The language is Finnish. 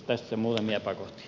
tässä muutamia epäkohtia